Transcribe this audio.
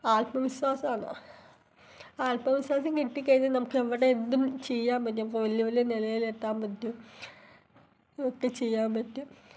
ആത്മവിശ്വാസമാണ് ആത്മവിശ്വാസം കിട്ടിക്കഴിഞ്ഞാൾ നമുക്ക് എവിടെ എന്തും ചെയ്യാൻ പറ്റും അപ്പോൾ വലിയ വലിയ നിലയിലെത്താൻ പറ്റും ഒക്കെ ചെയ്യാൻ പറ്റും